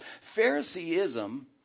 Phariseeism